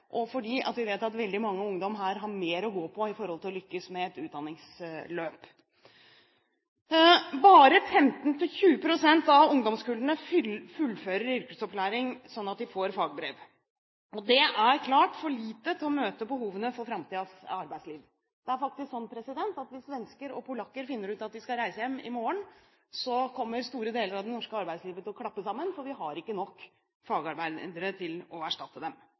og fordi vi vet at veldig mange ungdommer har mer å gå på her med hensyn til å lykkes med et utdanningsløp. Bare 15–20 pst. av ungdomskullene fullfører yrkesopplæring, slik at de får fagbrev. Det er klart for lite for å møte behovene til framtidens arbeidsliv. Det er faktisk slik at hvis svensker og polakker finner ut at de skal reise hjem i morgen, kommer store deler av det norske arbeidslivet til å klappe sammen, for vi har ikke fagarbeidere til å erstatte dem.